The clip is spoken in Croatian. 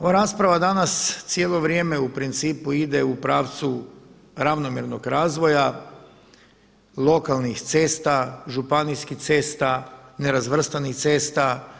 Ova rasprava danas cijelo vrijeme ide u pravcu ravnomjernog razvoja lokalnih cesta, županijskih cesta, nerazvrstanih cesta.